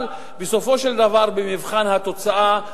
אבל בסופו של דבר, במבחן התוצאה,